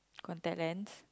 contact lens